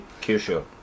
Kyushu